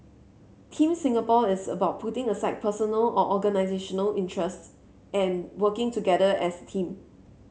Team Singapore is about putting aside personal or organisational interests and working together as a team